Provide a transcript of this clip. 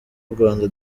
rwanda